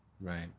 Right